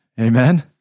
Amen